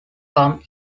come